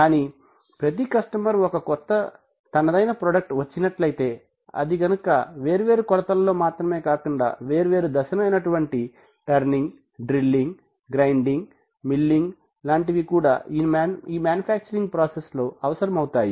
కానీ ప్రతి కస్టమర్ ఒక కొత్త తనదైన ప్రోడక్ట్ వచ్చినట్లైతే గనక అది వేర్వేరు కొలతల్లో మాత్రమే కాకుండా వేరు వేరు దశలు అయినటువంటి టర్నింగ్ డ్రిల్లింగ్ గ్రైండింగ్ మిల్లింగ్ లాంటివి కూడా ఈ మ్యానుఫ్యాక్చరింగ్ ప్రాసెస్ లో అవసరమవుతాయి